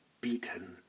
beaten